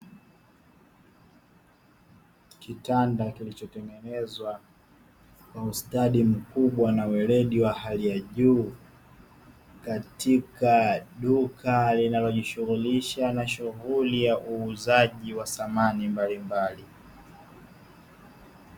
Kitanda ni kilichotengenezwa kwa ustadi mkubwa na weledi wa hali ya juu, katika duka linalojishughulisha na shughuli ya uuzaji wa samani mbalimbali.